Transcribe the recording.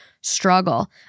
struggle